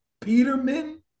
Peterman